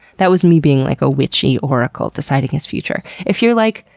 that was me being like a witchy oracle deciding his future. if you're like,